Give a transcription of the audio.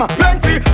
plenty